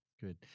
Good